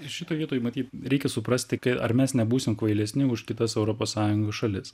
šitoj vietoj matyt reikia suprasti ką ar mes nebūsim kvailesni už kitas europos sąjungos šalis